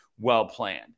well-planned